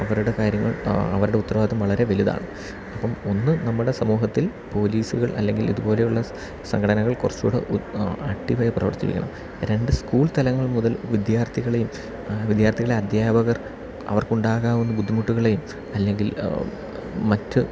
അവരുടെ കാര്യങ്ങൾ അവരുടെ ഉത്തരവാദിത്യം വളരെ വലുതാണ് അപ്പം ഒന്ന് നമ്മുടെ സമൂഹത്തിൽ പോലീസുകൾ അല്ലെങ്കിൽ ഇതുപോലെയുള്ള സംഘടനകൾ കുറച്ചൂടെ ആക്ടിവായി പ്രവർത്തിപ്പിക്കണം രണ്ട് സ്കൂൾ തലങ്ങൾ മുതൽ വിദ്യാർത്ഥികളെയും വിദ്യാർത്ഥികളെ അധ്യാപകർ അവർക്ക് ഉണ്ടാകാവുന്ന ബുദ്ധിമുട്ടുകളെയും അല്ലെങ്കിൽ മറ്റ്